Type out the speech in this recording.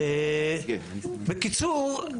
בקיצור,